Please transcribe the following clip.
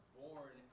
born